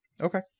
okay